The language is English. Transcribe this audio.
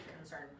concern